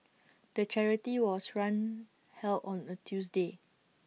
the charity was run held on A Tuesday